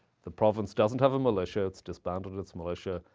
the province doesn't have a militia. it's disbanded its militia.